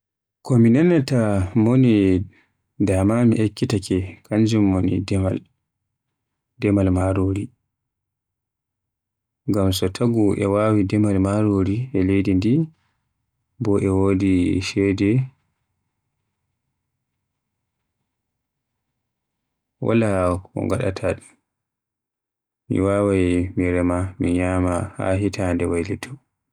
Ko minanata mone dama mi ekkitake kanjum woni demal, demal marori. Ngam so taagu e wawi demal marori e leydi ndi bo e wodi ceede wole gadaata mum. Wawaay rema ko ñyamta haa hitande waylito.